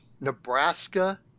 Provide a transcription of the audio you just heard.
Nebraska